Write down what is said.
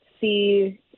see